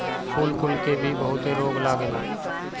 फूल कुल के भी बहुते रोग लागेला